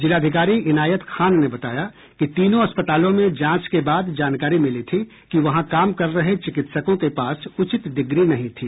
जिलाधिकारी इनायत खान ने बताया कि तीनों अस्पतालों में जांच के बाद जानकारी मिली थी कि वहां काम कर रहे चिकित्सकों के पास उचित डिग्री नहीं थी